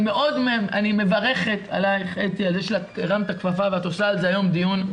אני מאוד מברכת את זה שהרמת את הכפפה ואת עושה על זה היום דיון,